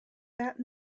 that